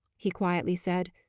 he quietly said,